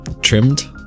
Trimmed